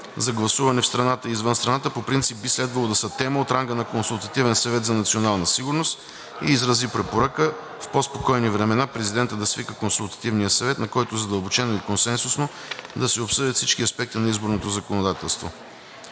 за гласуване в страната и извън страната по принцип би следвало да бъдат тема от ранга на Консултативния съвет за национална сигурност, и изрази препоръка, че в по-спокойни времена Президентът би могъл да свика Консултативния съвет, на който задълбочено и консенсусно да се обсъдят всички аспекти на изборното законодателство.